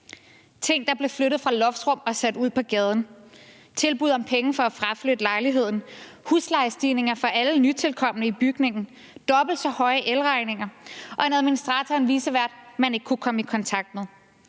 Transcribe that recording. ting, der blev flyttet fra loftsrum og sat på gaden, tilbud om penge for at fraflytte lejligheden, huslejestigninger for alle nytilkomne i bygningen, dobbelt så dyre elregninger og en administrator og en vicevært, man ikke kunne komme i kontakt med.